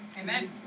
Amen